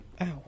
Ow